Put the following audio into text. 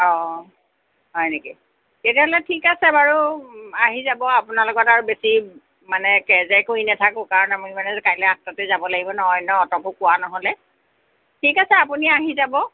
অ হয় নেকি তেতিয়াহ'লে ঠিক আছে বাৰু আহি যাব আপোনাৰ লগত আৰু বেছি মানে কেৰ জেৰ কৰি নাথাকোঁ কাৰণ আমি মানে কাইলৈ আঠটাতে যাব লাগিব ন' অন্য অট'কো কোৱা নহ'লে ঠিক আছে আপুনি আহি যাব